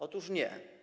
Otóż nie.